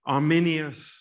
Arminius